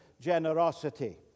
generosity